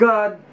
God